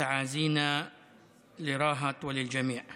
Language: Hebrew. בארצות הברית בעניין רב.